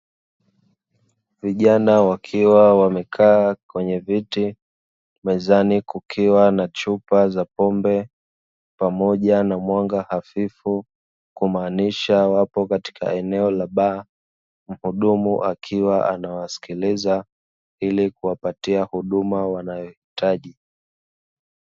Vijana wakiwa wamekaa kwenye viti, mezani kukiwa na chupa za pombe pamoja na mwanga hafifu. Kumaanisha wapo katika eneo la baa, mhudumu akiwa anawasikiliza, ili kuwapatia huduma wanayohitaji.